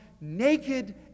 naked